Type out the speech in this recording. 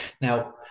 Now